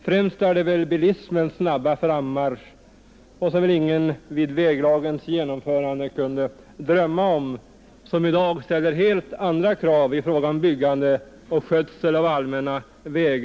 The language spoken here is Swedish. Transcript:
Främst är det väl bilismens snabba frammarsch som väl ingen vid väglagens genomförande kunde drömma om som i dag ställer helt andra krav i fråga om byggande och skötsel av allmänna vägar och som kraftigt inverkar när det gäller vägarnas betydelse för den intilliggande marken.